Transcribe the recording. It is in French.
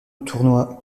tournoi